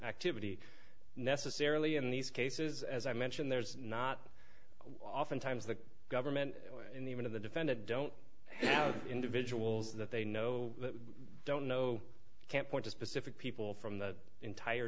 activity necessarily in these cases as i mentioned there's not often times the government in even the defendant don't have individuals that they know don't know can't point to specific people from the entire